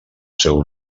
seu